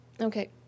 Okay